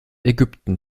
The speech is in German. ägypten